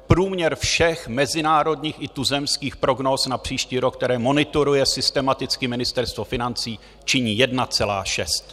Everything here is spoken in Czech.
Průměr všech mezinárodních i tuzemských prognóz na příští rok, které monitoruje systematicky Ministerstvo financí, činí 1,6.